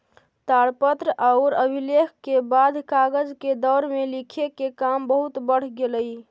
ताड़पत्र औउर अभिलेख के बाद कागज के दौर में लिखे के काम बहुत बढ़ गेलई